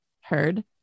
heard